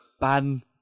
Ban